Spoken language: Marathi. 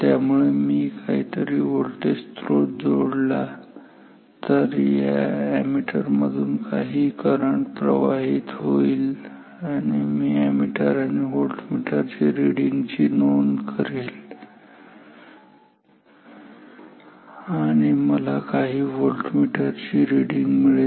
त्यामुळे मी काही व्होल्तेज स्त्रोत जोडला तर या अॅमीटर मधून काही करंट प्रवाहित होईल मी अॅमीटर आणि व्होल्टमीटर ची रिडींग नोंद करेल आणि मला काही व्होल्टमीटर ची रिडींग मिळेल